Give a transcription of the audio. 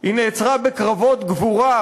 היא נעצרה בקרבות גבורה,